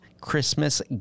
Christmas